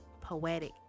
poetic